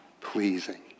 Pleasing